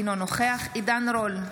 אינו נוכח עידן רול,